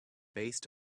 based